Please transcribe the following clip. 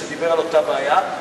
שדיבר על אותה בעיה.